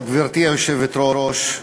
גברתי היושבת-ראש,